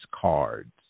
cards